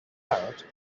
out